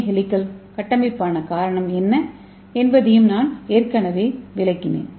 ஏவின் helical கட்டமைப்பிற்கான காரணம் என்ன என்பதையும் நான் ஏற்கனவே விளக்கினேன்